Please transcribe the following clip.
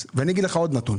בבקשה.